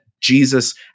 Jesus